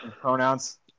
pronouns